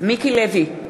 מיקי לוי,